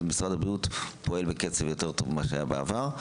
משרד הבריאות פועל יותר טוב מהעבר,